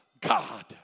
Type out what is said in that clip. God